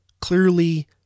clearly